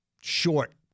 short